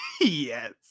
Yes